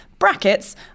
Brackets